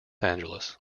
angeles